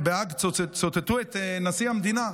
ציטטו את נשיא המדינה,